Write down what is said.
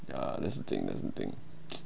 ya that's the thing that's the thing